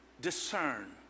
Discern